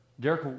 Derek